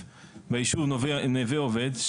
התיישב ביישוב נווה עובד,